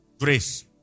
grace